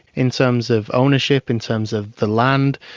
in terms of ownership, in terms of the land,